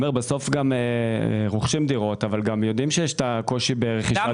בסוף גם רוכשים דירות אבל גם יודעים שיש את הקושי ברכישת